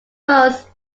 was